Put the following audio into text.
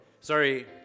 Sorry